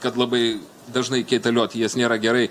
kad labai dažnai kaitalioti jas nėra gerai